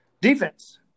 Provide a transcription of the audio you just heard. Defense